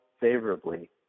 favorably